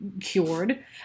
cured